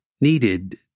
needed